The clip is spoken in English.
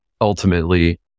ultimately